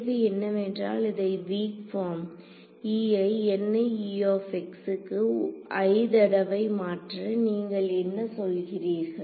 கேள்வி என்னவென்றால் இதை வீக் பார்ம் e ஐ க்கு i தடவை மாற்ற நீங்கள் என்ன சொல்கிறீர்கள்